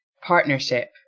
partnership